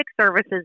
services